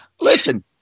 listen